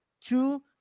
two